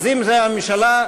אם הממשלה,